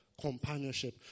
companionship